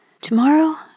Tomorrow